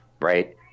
Right